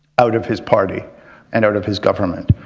out of his party and out of his government.